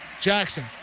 Jackson